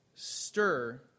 Stir